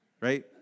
right